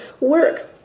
work